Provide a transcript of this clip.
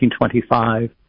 1925